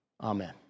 Amen